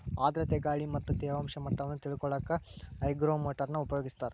ಆರ್ಧ್ರತೆ ಗಾಳಿ ಮತ್ತ ತೇವಾಂಶ ಮಟ್ಟವನ್ನ ತಿಳಿಕೊಳ್ಳಕ್ಕ ಹೈಗ್ರೋಮೇಟರ್ ನ ಉಪಯೋಗಿಸ್ತಾರ